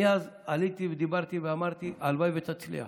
אני אז עליתי ודיברתי ואמרתי: הלוואי שתצליח.